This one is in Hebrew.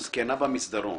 "הזקנה במסדרון".